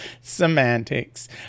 Semantics